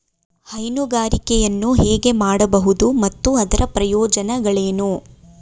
ಹೈನುಗಾರಿಕೆಯನ್ನು ಹೇಗೆ ಮಾಡಬಹುದು ಮತ್ತು ಅದರ ಪ್ರಯೋಜನಗಳೇನು?